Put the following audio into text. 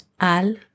Al